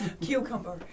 Cucumber